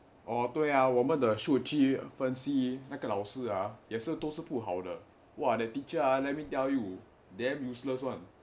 哦对呀我们的数据分析那个老师也是都是不好的 !wah! that teacher ah let me tell you damn useless [one]